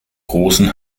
großen